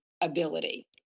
ability